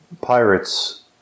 Pirates